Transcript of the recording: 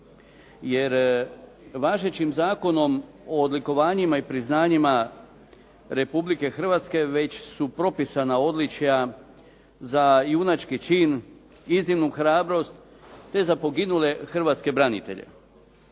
jer važećim Zakonom o odlikovanjima i priznanjima Republike Hrvatske već su propisana odličja za junački čin, iznimnu hrabrost, te za poginule hrvatske branitelje.